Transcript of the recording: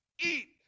eat